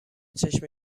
چشم